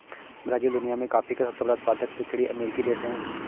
Brazil दुनिया में coffee का सबसे बड़ा उत्पादक दक्षिणी अमेरिकी देश है